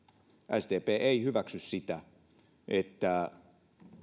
sdp ei hyväksy sitä että